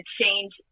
change